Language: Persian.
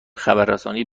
خبررسانی